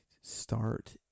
start